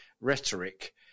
rhetoric